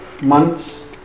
months